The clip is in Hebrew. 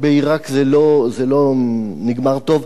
בעירק זה לא נגמר טוב,